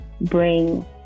bring